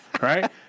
right